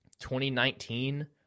2019